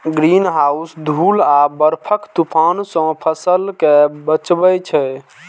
greenhouse धूल आ बर्फक तूफान सं फसल कें बचबै छै